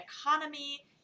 economy